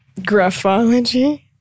graphology